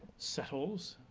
settles,